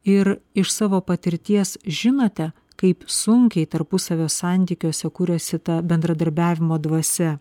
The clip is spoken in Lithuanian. ir iš savo patirties žinote kaip sunkiai tarpusavio santykiuose kuriasi ta bendradarbiavimo dvasia